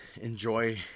enjoy